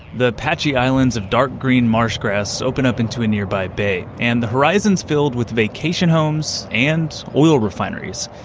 the patchy islands of dark green marsh grass open up into a nearby bay, and the horizon is filled with vacation homes and oil refineries.